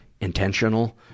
intentional